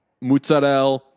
mozzarella